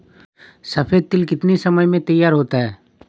सफेद तिल कितनी समय में तैयार होता जाता है?